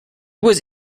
was